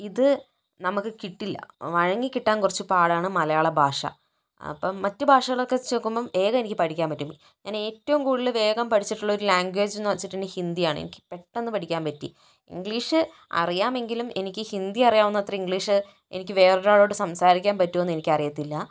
ഇത് നമുക്ക് കിട്ടില്ല വഴങ്ങി കിട്ടാൻ കുറച്ച് പാടാണ് മലയാള ഭാഷ അപ്പം മറ്റു ഭാഷകൾ വെച്ച് നോക്കുമ്പോൾ വേഗം എനിക്ക് പഠിക്കാൻ പറ്റും ഞാൻ ഏറ്റവും കൂടുതൽ വേഗം പഠിച്ചിട്ടുള്ള ലാംഗ്വേജ് എന്ന് വെച്ചിട്ടുണ്ടെങ്കിൽ ഹിന്ദിയാണ് പെട്ടെന്ന് പഠിക്കാൻ പറ്റി ഇംഗ്ലീഷ് അറിയാം എങ്കിലും എനിക്ക് ഹിന്ദി അറിയാവുന്ന അത്രയും ഇംഗ്ലീഷ് എനിക്ക് വേറെ ഒരാളോട് സംസാരിക്കാൻ പറ്റുമോ എന്ന് എനിക്ക് അറിയത്തില്ല